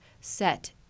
set